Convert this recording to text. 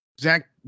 Zach